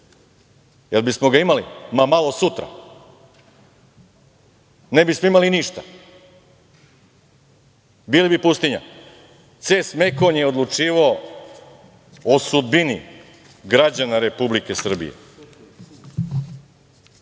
Jel bismo ga imali? Malo sutra. Ne bismo imali ništa. Bili bi pustinja."Ces Mekon" je odlučivao o sudbini građana Republike Srbije.